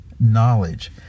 Knowledge